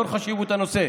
לאור חשיבות הנושא,